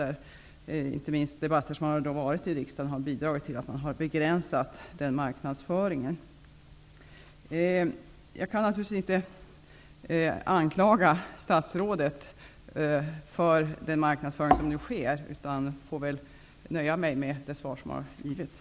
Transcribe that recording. De debatter som har förts, inte minst i riksdagen, har bidragit till att man har begränsat den marknadsföringen. Jag kan givetvis inte anklaga statsrådet för den marknadsföring som nu sker, utan får väl nöja mig med det svar som har givits.